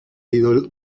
ido